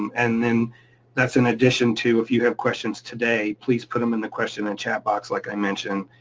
and then that's in addition to, if you have questions today, please put them in the question and chat box like i mentioned,